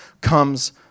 comes